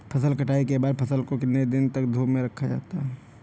फसल कटाई के बाद फ़सल को कितने दिन तक धूप में रखा जाता है?